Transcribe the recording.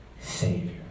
Savior